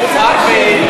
לא יכול להיות,